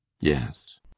yes